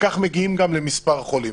כך גם מגיעים למספר חולים.